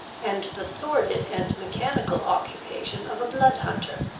and the sordid and mechanical occupation of a blood-hunter,